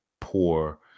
poor